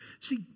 See